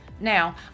Now